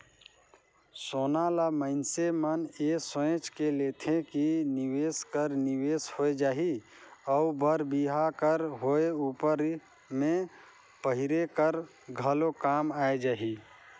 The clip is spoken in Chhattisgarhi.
सोना ल मइनसे मन ए सोंएच के लेथे कि निवेस कर निवेस होए जाही अउ बर बिहा कर होए उपर में पहिरे कर घलो काम आए जाही